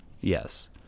yes